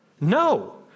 No